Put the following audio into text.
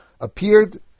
appeared